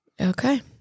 Okay